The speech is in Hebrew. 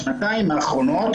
בשנתיים האחרונות